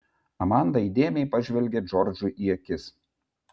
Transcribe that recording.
amanda įdėmiai pažvelgė džordžui į akis